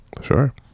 Sure